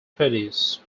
produce